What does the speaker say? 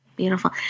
Beautiful